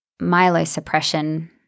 myelosuppression